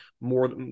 more